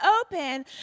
open